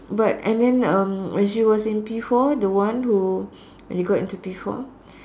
but and then um when she was in P four the one who the one who that got into P four